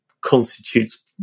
constitutes